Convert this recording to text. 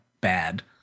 bad